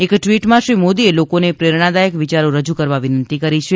એક ટ઼વીટમાં શ્રીમોદીએ લોકોને પ્રેરણાદાયક વિચારો રજુ કરવા વિનંતી કરી છે